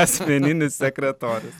asmeninis sekretorius